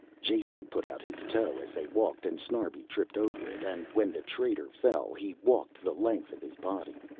jason put out his toe as they walked and snarbi tripped over it and when the traitor fell he walked the length of his body.